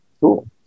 cool